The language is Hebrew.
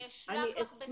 אני אשלח לך בשמחה.